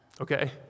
Okay